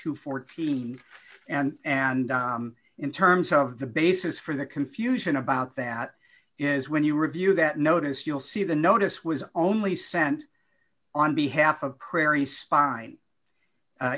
to fourteen and and in terms of the basis for the confusion about that is when you review that notice you'll see the notice was only sent on behalf of prairie spine